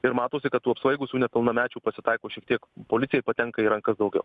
ir matosi kad tų apsvaigusių nepilnamečių pasitaiko šiek tiek policijai patenka į rankas daugiau